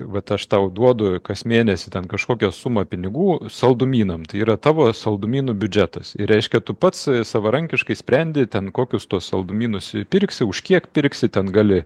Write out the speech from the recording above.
vat aš tau duodu kas mėnesį ten kažkokią sumą pinigų saldumynam yra tavo saldumynų biudžetas ir reiškia tu pats savarankiškai sprendi ten kokius tuos saldumynus pirksi už kiek pirksi ten gali